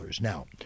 Now